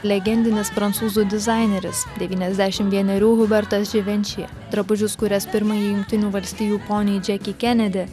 legendinis prancūzų dizaineris devyniasdešim vienerių hubertas dživenči drabužius kūręs pirmajai jungtinių valstijų poniai džekei kenedi